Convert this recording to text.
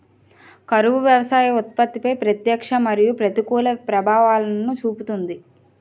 కరువు వ్యవసాయ ఉత్పత్తిపై ప్రత్యక్ష మరియు ప్రతికూల ప్రభావాలను చూపుతుంది